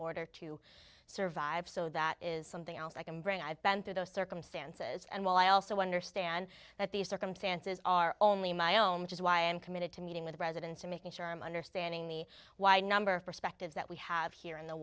order to survive so that is something else i can bring i've been through those circumstances and while i also understand that these circumstances are only my own which is why i'm committed to meeting with residents and making sure i'm understanding the why number of perspectives that we have here in the